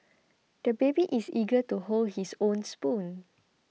the baby is eager to hold his own spoon